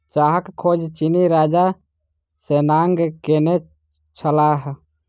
चाहक खोज चीनी राजा शेन्नॉन्ग केने छलाह